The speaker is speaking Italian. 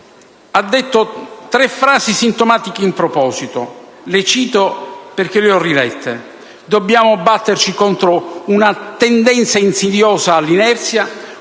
pronunciato tre frasi sintomatiche in proposito. Le cito, perché le ho rilette: dobbiamo batterci contro una tendenza insidiosa all'inerzia,